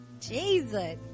Jesus